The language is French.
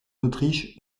autriche